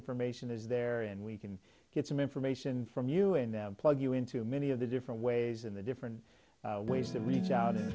information is there and we can get some information from you and plug you into many of the different ways in the different ways to reach out